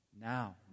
Now